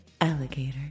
Alligator